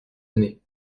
années